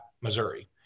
Missouri